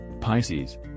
Pisces